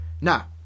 Now